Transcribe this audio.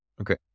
Okay